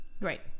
Right